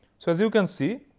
so as you can see,